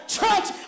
church